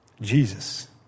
Jesus